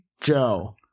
Joe